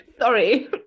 Sorry